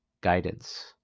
guidance